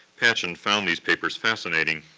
patchen found these papers fascinating,